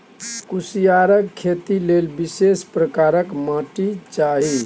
कुसियारक खेती लेल विशेष प्रकारक माटि चाही